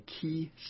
key